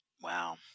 Wow